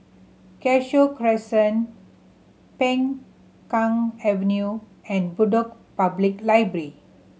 Cashew Crescent Peng Kang Avenue and Bedok Public Library